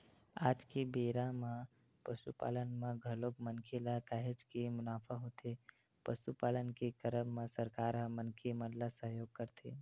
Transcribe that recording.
आज के बेरा म पसुपालन म घलोक मनखे ल काहेच के मुनाफा होथे पसुपालन के करब म सरकार ह मनखे मन ल सहयोग करथे